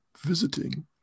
visiting